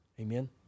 Amen